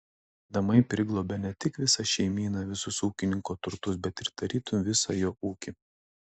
namai priglobia ne tik visą šeimyną visus ūkininko turtus bet ir tarytum visą jo ūkį